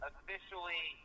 Officially